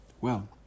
Well